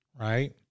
right